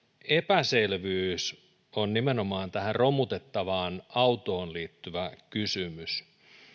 epäselvyys on nimenomaan tähän romutettavaan autoon liittyvä kysymys